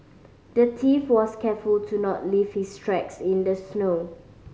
the thief was careful to not leave his tracks in the snow